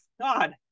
God